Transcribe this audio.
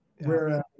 whereas